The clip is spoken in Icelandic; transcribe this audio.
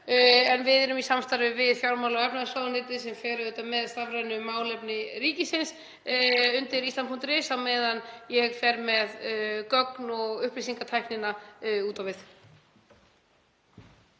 En við erum í samstarfi við fjármála- og efnahagsráðuneytið sem fer auðvitað með stafræn málefni ríkisins undir island.is á meðan ég fer með gögn og upplýsingatæknina út á við.